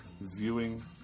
viewing